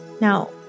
Now